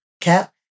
cap